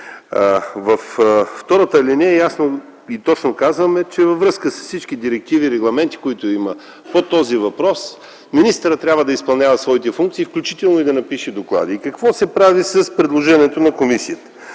Във втората алинея казваме, че във връзка с всички директиви и регламенти, които има по този въпрос, министърът трябва да изпълнява своите функции, включително и да напише доклади. Но какво се прави с предложението на комисията?